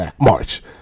march